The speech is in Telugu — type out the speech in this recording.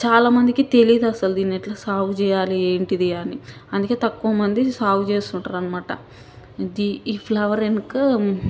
చాలామందికి తెలియదసలు దీనిని ఎట్లా సాగుచేయాలి ఏంటిది అని అందుకే తక్కువమంది సాగు చేస్తుంటారన్నమాట ఇదీ ఈ ఫ్లవర్ ఎందుకో